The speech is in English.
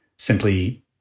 simply